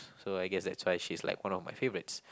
so I guess that's why she's like one of my favourites